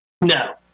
No